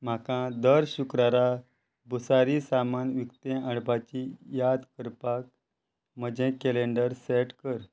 म्हाका दर शुक्रारा बुसारी सामान विकतें हाडपाची याद करपाक म्हजें कॅलेंडर सॅट कर